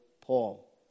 Paul